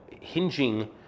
hinging